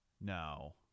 No